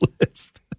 list